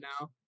now